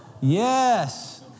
Yes